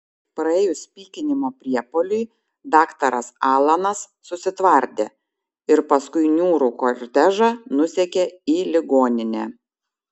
praėjus pykinimo priepuoliui daktaras alanas susitvardė ir paskui niūrų kortežą nusekė į ligoninę